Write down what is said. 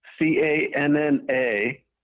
C-A-N-N-A